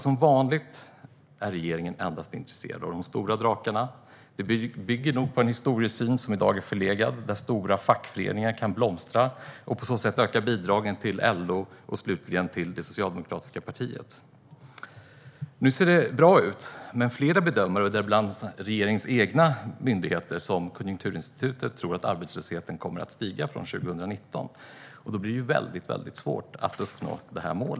Som vanligt är den bara intresserad av de stora drakarna. Det bygger nog på en historiesyn som i dag är förlegad. Förr kunde stora fackföreningar blomstra och på så sätt öka bidragen till LO och i slutändan till det socialdemokratiska partiet. Nu ser det bra ut, men flera bedömare, däribland regeringens egen myndighet Konjunkturinstitutet, tror att arbetslösheten kommer att stiga från 2019. Då blir det väldigt svårt att uppnå regeringens mål.